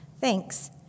Thanks